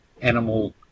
animal